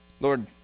Lord